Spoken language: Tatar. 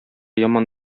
яман